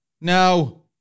No